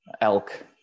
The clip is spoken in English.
elk